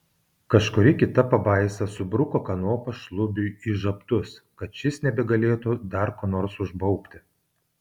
kažkuri kita pabaisa subruko kanopą šlubiui į žabtus kad šis nebegalėtų dar ko nors užbaubti